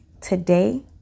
today